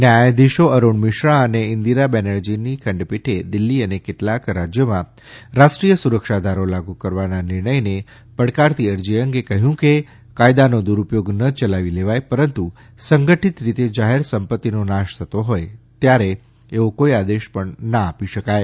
ન્યાયધીશો અરૂણ મિશ્રા અને ઈન્દિરા બેનરજીની ખંડપીઠે દિલ્લી અને કેટલાંક રાજ્યોમાં રાષ્ટ્રીય સુરક્ષા ધારો લાગુ કરવાના નિર્ણયને પડકારતી અરજી અંગે કહ્યું કે કાયદાનો દુરૂપયોગ ન ચલાવી લેવાય પરંતુ સંગઠીત રીતે જાહેર સંપત્તિનો નાશ થતો હોય ત્યારે એવો કોઈ આદેશ પણ ના આપી શકાય